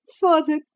father